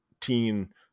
teen